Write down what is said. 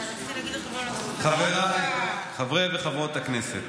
חבריי חברי וחברות הכנסת,